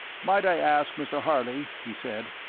might i ask, mr. harley, he said,